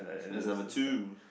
so that's number two